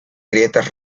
grietas